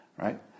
Right